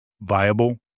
viable